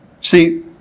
See